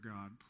God